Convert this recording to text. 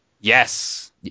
Yes